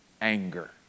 anger